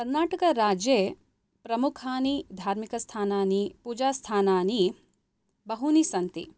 कर्नाटकराज्ये प्रमुखानि धार्मिकस्थानानि पूजास्थानानि बहूनि सन्ति